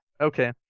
Okay